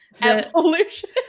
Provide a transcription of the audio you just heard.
Evolution